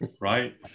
right